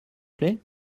plait